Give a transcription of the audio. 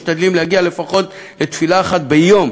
ומשתדלים להגיע לפחות לתפילה אחת ביום